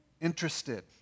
interested